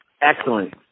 excellent